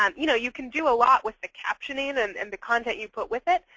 um you know you can do a lot with the captioning and and the content you put with it.